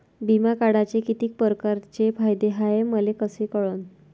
बिमा काढाचे कितीक परकारचे फायदे हाय मले कस कळन?